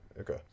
okay